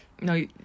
No